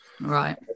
Right